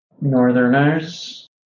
northerners